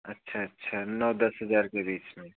अच्छा अच्छा नौ दस हज़ार के बीच में